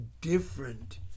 different